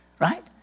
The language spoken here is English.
Right